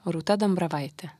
rūta dambravaitė